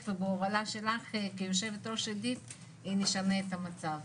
ובהובלה שלך כיושבת ראש נשנה את המצב.